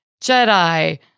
Jedi